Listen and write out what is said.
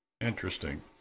Interesting